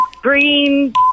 Green